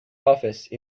office